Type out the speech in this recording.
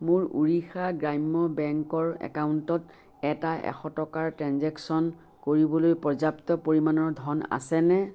মোৰ উৰিষ্যা গ্ৰাম্য বেংকৰ একাউণ্টত এটা এশ টকাৰ ট্ৰেঞ্জেকচন কৰিবলৈ পৰ্যাপ্ত পৰিমাণৰ ধন আছেনে